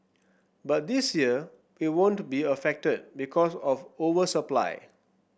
but this year we won't be affected because of over supply